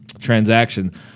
transaction